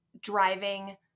driving